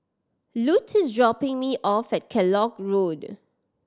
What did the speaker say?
Lute is dropping me off at Kellock Road